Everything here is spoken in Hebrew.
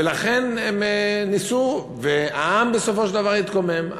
ולכן הם ניסו, והעם, בסופו של דבר, התקומם.